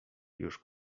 już